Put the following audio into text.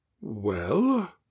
Well